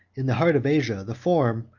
in the heart of asia, the form,